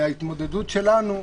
מההתמודדות שלנו,